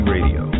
Radio